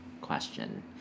question